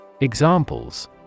Examples